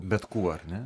bet kuo ar ne